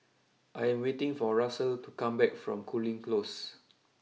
I am waiting for Russel to come back from Cooling close